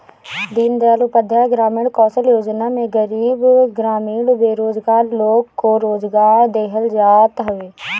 दीनदयाल उपाध्याय ग्रामीण कौशल्य योजना में गरीब ग्रामीण बेरोजगार लोग को रोजगार देहल जात हवे